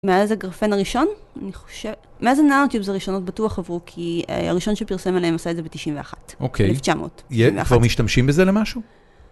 מאז הגרפן הראשון? אני חושבת... מאז הננוטיובס הראשונות בטוח עברו? כי הראשון שפרסם עליהם עשה את זה ב-91'. אוקיי. ב-1991. כבר משתמשים בזה למשהו?